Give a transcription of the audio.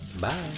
Bye